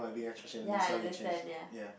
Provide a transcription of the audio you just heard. ya I understand ya